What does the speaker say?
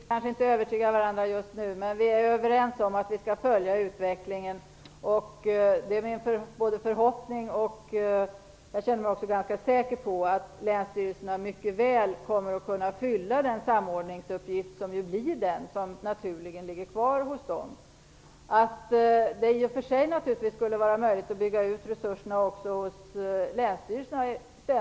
Fru talman! Nej, vi kan kanske inte övertyga varandra just nu. Men vi är överens om att vi skall följa utvecklingen. Det är min förhoppning - och jag känner mig också ganska säker på - att länsstyrelserna mycket väl kommer att kunna fylla den samordningsuppgift som ju blir den uppgift som naturligen ligger kvar hos dem. Det stämmer naturligtvis att det i och för sig skulle vara möjligt att bygga ut resurserna också hos länsstyrelserna.